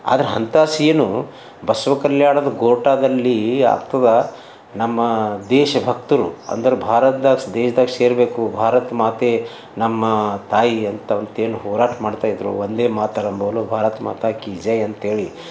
ಆದ್ರ ಅಂಥ ಸೀನು ಬಸವ ಕಲ್ಯಾಣದ ಘೋರ್ಟಾದಲ್ಲಿ ಆಗ್ತದ ನಮ್ಮ ದೇಶ ಭಕ್ತರು ಅಂದ್ರೆ ಭಾರತ್ದಾಗ ದೇಶ್ದಾಗ ಸೇರಬೇಕು ಭಾರತ ಮಾತೆ ನಮ್ಮ ತಾಯಿ ಅಂಥವಂತೇನು ಹೋರಾಟ ಮಾಡ್ತಾ ಇದ್ರು ವಂದೇ ಮಾತರಂ ಭೋಲೋ ಭಾರತ ಮಾತಾಕಿ ಜೈ ಅಂತೇಳಿ